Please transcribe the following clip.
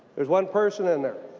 there's one person in there.